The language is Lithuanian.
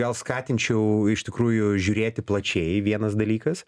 gal skatinčiau iš tikrųjų žiūrėti plačiai vienas dalykas